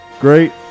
Great